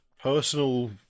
personal